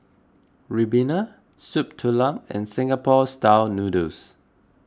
Ribena Soup Tulang and Singapore Style Noodles